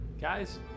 guys